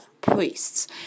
priests